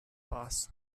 boss